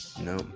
no